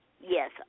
Yes